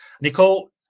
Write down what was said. Nicole